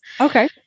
Okay